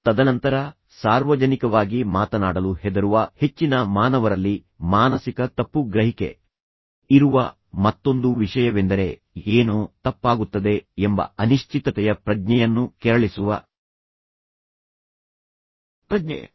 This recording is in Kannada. ತದನಂತರ ಸಾರ್ವಜನಿಕವಾಗಿ ಮಾತನಾಡಲು ಹೆದರುವ ಹೆಚ್ಚಿನ ಮಾನವರಲ್ಲಿ ಮಾನಸಿಕ ತಪ್ಪು ಗ್ರಹಿಕೆ ಇರುವ ಮತ್ತೊಂದು ವಿಷಯವೆಂದರೆ ಏನೋ ತಪ್ಪಾಗುತ್ತದೆ ಎಂಬ ಅನಿಶ್ಚಿತತೆಯ ಪ್ರಜ್ಞೆಯನ್ನು ಕೆರಳಿಸುವ ಪ್ರಜ್ಞೆ